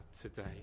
today